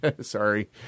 Sorry